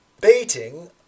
baiting